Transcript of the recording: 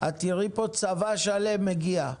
את תראי פה צבא שלם שמגיע.